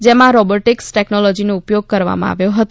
જેમાં રોબોટીકસ ટેકનોલોજીનો ઉપયોગ કરવામાં આવ્યો હતો